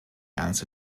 ernste